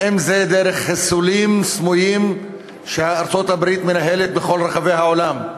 ואם דרך חיסולים סמויים שארצות-הברית מנהלת בכל רחבי העולם.